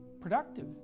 productive